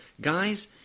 guys